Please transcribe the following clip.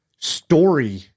Story